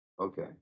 Okay